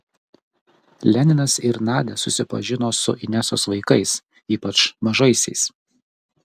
leninas ir nadia susipažino su inesos vaikais ypač mažaisiais